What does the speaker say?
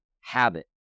habit